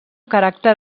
caràcter